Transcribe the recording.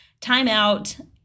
timeout